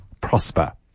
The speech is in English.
Prosper